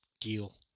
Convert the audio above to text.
deal